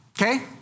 Okay